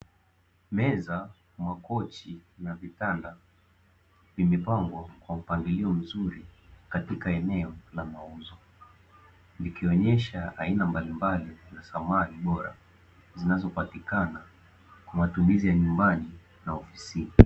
Meza, makochi na vitanda vimepangwa kwa mpangilio mzuri katika eneo la mauzo. Likionyesha aina mbalimbali za samani bora, zinazopatikana kwa matumizi ya nyumbani na ofisini.